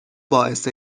باعث